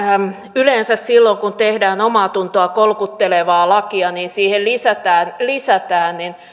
yleensä silloin kun tehdään omaatuntoa kolkuttelevaa lakia siihen lisätään lisätään